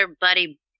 buddy